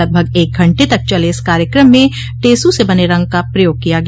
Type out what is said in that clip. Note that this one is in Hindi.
लगभग एक घंटे तक चले इस कार्यक्रम में टेस् से बने रंग का प्रयोग किया गया